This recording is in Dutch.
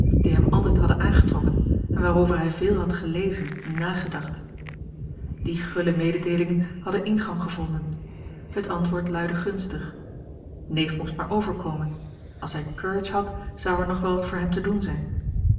die hem altijd hadden aangetrokken en waarover hij veel had gelezen en nagedacht die gulle meedeelingen hadden ingang gevonden het antwoord luidde gunstig neef moest maar overkomen als hij courage had zou er nog wel wat voor hem te doen zijn